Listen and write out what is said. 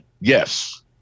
Yes